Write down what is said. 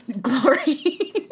glory